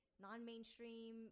Non-mainstream